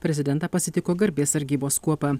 prezidentą pasitiko garbės sargybos kuopa